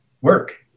work